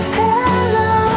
hello